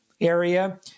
area